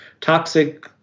toxic